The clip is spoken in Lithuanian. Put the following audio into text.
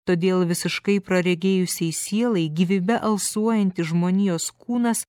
todėl visiškai praregėjusiai sielai gyvybe alsuojantis žmonijos kūnas